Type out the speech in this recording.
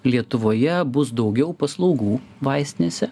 lietuvoje bus daugiau paslaugų vaistinėse